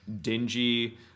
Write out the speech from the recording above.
dingy